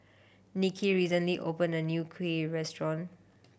Niki recently opened a new kuih restaurant